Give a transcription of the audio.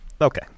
Okay